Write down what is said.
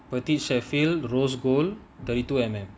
boutique sheffield rose gold thirty two mm